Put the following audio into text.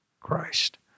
Christ